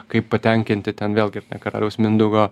kaip patenkinti ten vėlgi ar ne karaliaus mindaugo